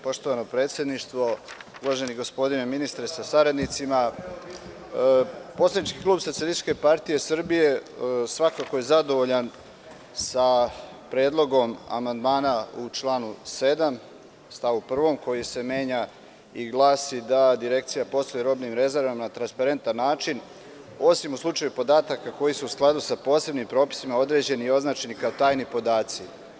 Poštovano predsedništvo, uvaženi gospodine ministre sa saradnicima, poslanički klub SPS svakako je zadovoljan sa predlogom amandmana u članu 7. stav 1. koji se menja i glasi da Direkcija posluje robnim rezervama na transparentan način osim u slučaju podataka koji su u skladu sa posebnim propisima određeni i označeni kao tajni podaci.